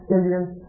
Indians